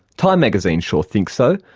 time magazine sure thinks so.